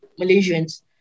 Malaysians